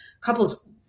couples